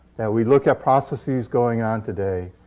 that we look at processes going on today,